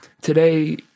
today